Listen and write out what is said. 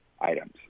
items